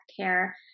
care